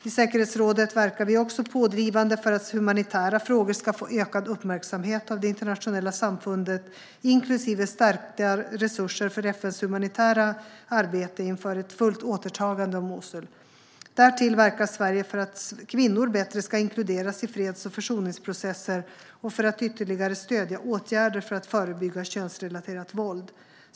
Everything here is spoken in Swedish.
I säkerhetsrådet verkar vi också pådrivande för att humanitära frågor ska få ökad uppmärksamhet av det internationella samfundet, inklusive stärkta resurser för FN:s humanitära arbete inför ett fullt återtagande av Mosul. Därtill verkar Sverige för att kvinnor bättre ska inkluderas i freds och försoningsprocesser och för att stödja ytterligare åtgärder för att förebygga könsrelaterat våld.